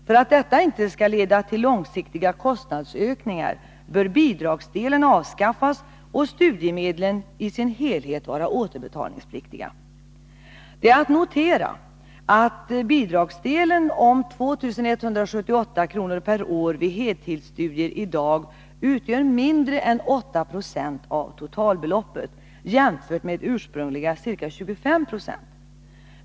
För att det inte skall leda till långsiktiga kostnadsökningar bör bidragsdelen avskaffas och studiemedlen i sin helhet vara återbetalningspliktiga. Det är att notera att bidragsdelen om 2 178 kr. per år vid heltidsstudier i dag utgör mindre än 8 Ze av totalbeloppet mot ursprungligen ca 25 90.